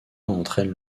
entraine